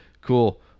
cool